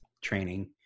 training